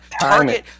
target